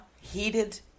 heated